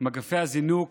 מגפי הזינוק